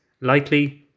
lightly